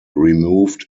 removed